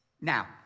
Now